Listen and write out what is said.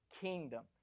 kingdom